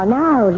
now